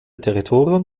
territorium